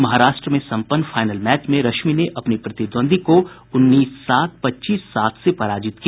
महाराष्ट्र में संपन्न final match में रश्मि ने अपनी प्रतिद्वंदी को उन्नीस सात पच्चीस सात से पराजित किया